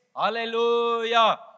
Hallelujah